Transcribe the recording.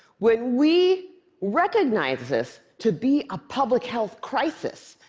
when we recognize this to be a public health crisis,